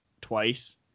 twice